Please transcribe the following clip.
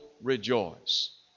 rejoice